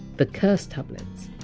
the curse tablets.